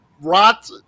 rot